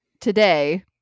today